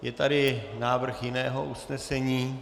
Je tady návrh jiného usnesení?